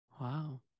Wow